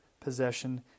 possession